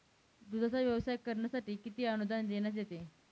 दूधाचा व्यवसाय करण्यासाठी किती अनुदान देण्यात येते?